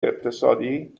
اقتصادی